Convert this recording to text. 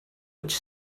which